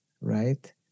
right